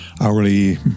hourly